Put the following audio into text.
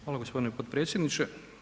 Hvala gospodine potpredsjedniče.